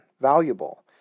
valuable